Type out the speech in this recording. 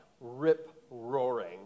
rip-roaring